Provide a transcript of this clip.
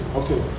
okay